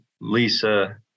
Lisa